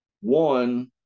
One